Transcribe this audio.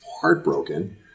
heartbroken